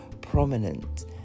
prominent